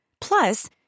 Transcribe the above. Plus